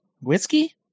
whiskey